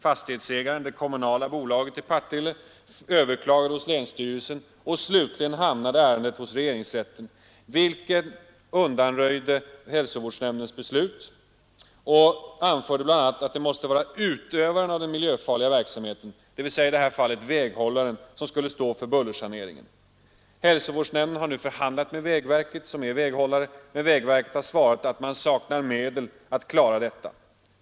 Fastighetsägaren, det kommunala bolaget i Partille, överklagade hos länsstyrelsen. Slutligen hamnade ärendet hos regeringsrätten, vilken undanröjde hälsovårdsnämndens beslut och anförde bl.a. att det måste vara utövaren av den miljöfarliga verksamheten, dvs. i det här fallet väghållaren, som skulle stå för bullersaneringen. Hälsovårdsnämnden har nu förhandlat med vägverket, som är väghållare, men vägverket har svarat att man saknar medel att klara detta.